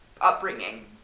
upbringing